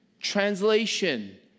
Translation